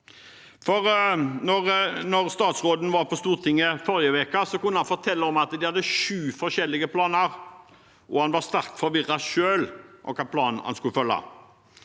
er. Da statsråden var på Stortinget forrige uke, kunne han fortelle at de hadde sju forskjellige planer, og han var selv sterkt forvirret om hvilken plan han skulle følge.